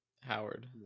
Howard